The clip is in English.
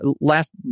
last